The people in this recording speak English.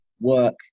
work